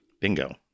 bingo